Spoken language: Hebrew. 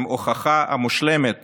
הן ההוכחה המושלמת